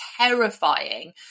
terrifying